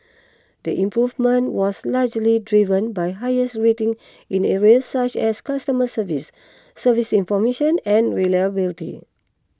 the improvement was largely driven by higher ratings in areas such as customer service servicing information and reliability